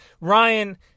Ryan